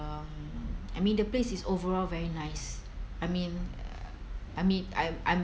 um I mean the place is overall very nice I mean I mean I I'm